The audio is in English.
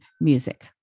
music